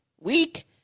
week